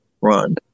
run